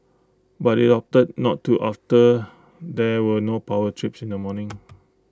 but IT opted not to after there were no power trips in the morning